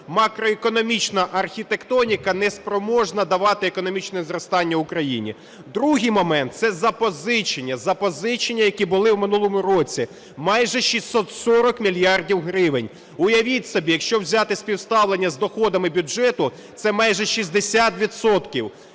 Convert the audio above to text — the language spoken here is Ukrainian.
макроекономічна архітектоніка неспроможна давати економічне зростання Україні. Другий момент – це запозичення. Запозичення, які були в минулому році, майже 640 мільярдів гривень. Уявіть собі, якщо взяти співставлення з доходами бюджету, це майже 60